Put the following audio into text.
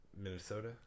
Minnesota